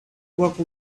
walked